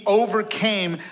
overcame